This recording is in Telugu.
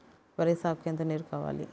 వరి సాగుకు ఎంత నీరు కావాలి?